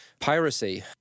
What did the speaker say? Piracy